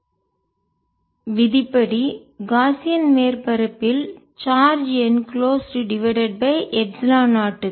Gauss's விதி Gaussian மேற்பரப்பில் charge enclosed மூடப்பட்ட டிவைடட் பை எப்சிலன் 0 க்கு சமம்